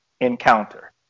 encounter